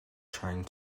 trying